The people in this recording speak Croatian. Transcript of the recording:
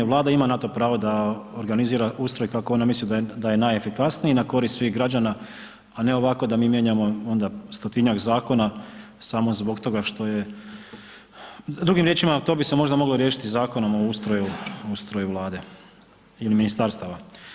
Vlada ima na to pravo da organizira ustroj kako ona misli da je najefikasniji na korist svih građana, a ne ovako da mi mijenjamo onda 100-tinjak zakona samo zbog toga što je, drugim riječima to bi se možda moglo riješiti Zakonom o ustroju, ustroju vlade ili ministarstva.